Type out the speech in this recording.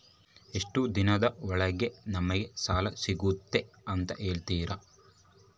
ಎಷ್ಟು ದಿನದ ಒಳಗೆ ನಮಗೆ ಸಾಲ ಸಿಗ್ತೈತೆ ಅಂತ ಹೇಳ್ತೇರಾ?